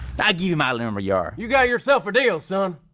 i'll give you my lumberyard. you got yourself a deal son.